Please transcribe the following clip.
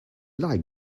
like